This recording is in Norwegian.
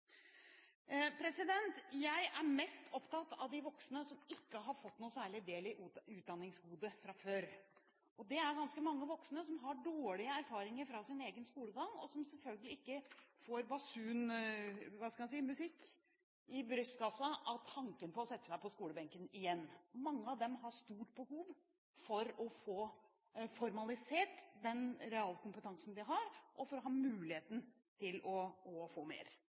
Jeg er mest opptatt av de voksne som ikke har fått noen særlig del i utdanningsgodet fra før. Det er ganske mange voksne som har dårlige erfaringer fra sin egen skolegang, og som selvfølgelig ikke får basunmusikk i brystkassa av tanken på å sette seg på skolebenken igjen. Mange av dem har stort behov for å få formalisert den realkompetansen de har, og for å ha muligheten til å få mer.